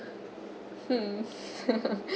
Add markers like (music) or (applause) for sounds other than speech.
(laughs)